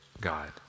God